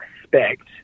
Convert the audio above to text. expect